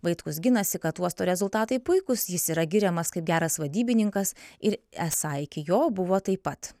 vaitkus ginasi kad uosto rezultatai puikūs jis yra giriamas kaip geras vadybininkas ir esą iki jo buvo taip pat